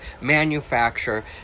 manufacture